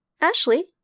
Ashley